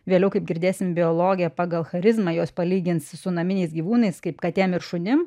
vėliau kaip girdėsim biologė pagal charizmą juos palygins su naminiais gyvūnais kaip katėm ir šunim